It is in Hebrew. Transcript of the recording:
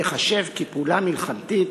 תיחשב לפעולה מלחמתית,